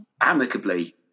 amicably